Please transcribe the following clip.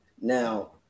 Now